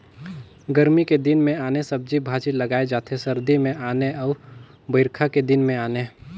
गरमी के दिन मे आने सब्जी भाजी लगाए जाथे सरदी मे आने अउ बइरखा के दिन में आने